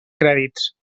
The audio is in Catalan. crèdits